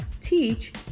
teach